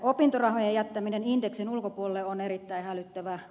opintorahojen jättäminen indeksin ulkopuolelle on erittäin hälyttävää